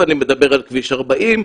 אני מדבר על כביש 40,